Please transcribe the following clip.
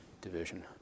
division